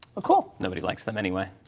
ah cool. nobody likes them. anyway.